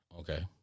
Okay